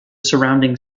surrounding